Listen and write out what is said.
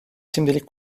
şimdilik